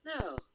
No